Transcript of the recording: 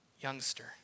youngster